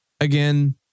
again